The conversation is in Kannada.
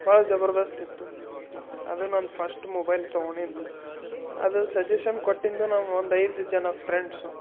ಭಾಳ ಜಬರ್ದಸ್ತಿತ್ತು ಅದು ನಾನು ಫಸ್ಟ್ ಮೊಬೈಲ್ ತೊಗೊಂಡಿದ್ದು ಅದು ಸಜೇಶನ್ ಕೊಟ್ಟಿಂದು ನನ್ನ ಒಂದು ಐದು ಜನ ಫ್ರೆಂಡ್ಸು